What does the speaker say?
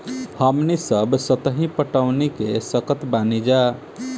हमनी सब सतही पटवनी क सकतऽ बानी जा